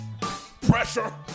pressure